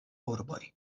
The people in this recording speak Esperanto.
urboj